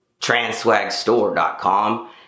transwagstore.com